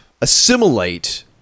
assimilate